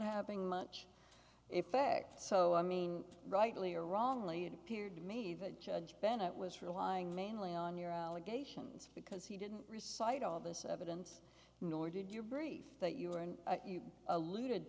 having much effect so i mean rightly or wrongly it appeared to me that judge bennett was relying mainly on your allegations because he didn't recites all this evidence nor did your brief that you were in